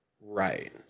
right